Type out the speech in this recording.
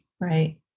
right